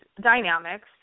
dynamics